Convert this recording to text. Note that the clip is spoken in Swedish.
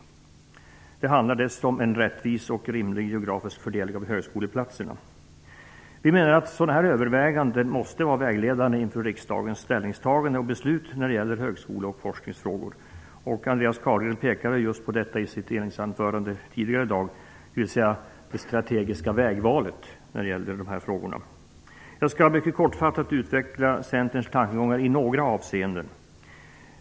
Dessutom handlar det om en rättvis och rimlig geografisk fördelning av högskoleplatserna. Vi menar att sådana här överväganden måste vara vägledande inför riksdagens ställningstagande och beslut när det gäller högskole och forskningsfrågor. Andreas Carlgren pekade i sitt inledningsanförande tidigare i dag på just detta. Det gäller alltså det strategiska vägvalet i dessa frågor. Jag skall mycket kortfattat utveckla Centerns tankegångar i några avseenden.